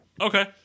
Okay